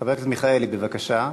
חבר הכנסת מיכאלי, בבקשה.